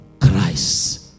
Christ